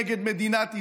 נגד מדינת ישראל.